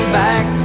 back